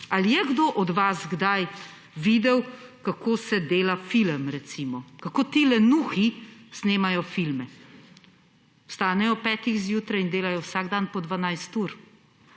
Ali je kdo od vas kdaj videl, kako se dela film, recimo? Kako ti lenuhi snemajo filme? Vstanejo ob petih zjutraj in delajo vsak dan po 12 ur.